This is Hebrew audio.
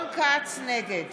נגד